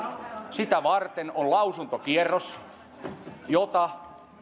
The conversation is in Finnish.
sitä varten on lausuntokierros jota